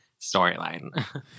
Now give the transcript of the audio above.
storyline